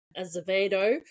Azevedo